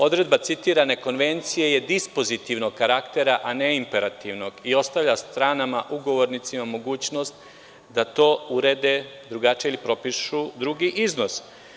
Odredba citirane konvencije je dispozitivnog karaktera, a ne imperativnog i ostavlja stranama ugovornicama mogućnost da to urede drugačije ili propišu drugi iznos.